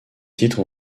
titres